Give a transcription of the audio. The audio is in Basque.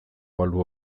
balu